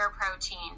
protein